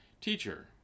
Teacher